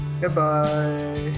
Goodbye